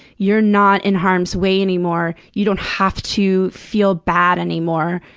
you're not in harm's way anymore. you don't have to feel bad anymore.